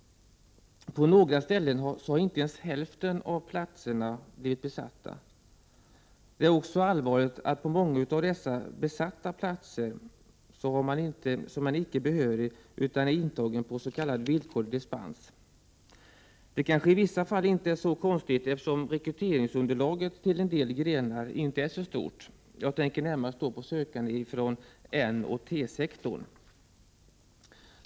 På några ställen har inte ens hälften av platserna blivit besatta. Det är också allvarligt att många på de besatta platserna inte är behöriga utan är antagna på s.k. villkorlig dispens. I vissa fall är det kanske inte så konstigt, eftersom rekryteringsunderlaget till en del grenar inte är så stort. Jag tänker närmast på sökande från N och T-sektor.